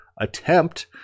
attempt